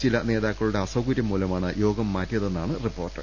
ചില നേതാക്കളുടെ അസ്ൌകര്യം മൂലമാണ് യോഗം മാറ്റി യതെന്നാണ് റിപ്പോർട്ട്